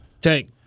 Tank